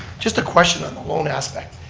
just a question on the loan aspect.